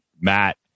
Matt